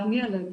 גם ילד,